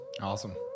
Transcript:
Awesome